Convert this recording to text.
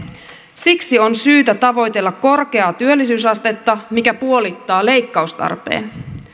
siksi on syytä tavoitella korkeaa työllisyysastetta mikä puolittaa leikkaustarpeen